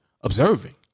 Observing